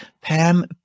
Pam